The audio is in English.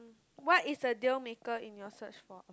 what is a deal maker in your search for